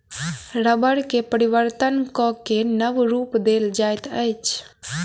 रबड़ के परिवर्तन कय के नब रूप देल जाइत अछि